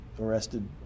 arrested